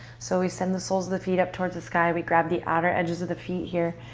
so we send the soles of the feet up towards the sky. we grab the outer edges of the feet here.